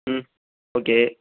ம் ஓகே